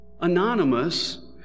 anonymous